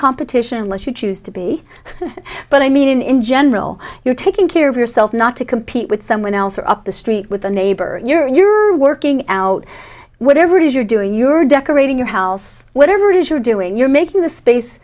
competition let's you choose to be so but i mean in general you're taking care of yourself not to compete with someone else or up the street with a neighbor you're working out whatever it is you're doing you're decorating your house whatever it is you're doing you're making the space